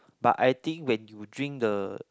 but I think when you drink the